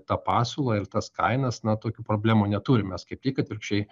tą pasiūlą ir tas kainas na tokių problemų neturim mes kaip tik atvirkščiai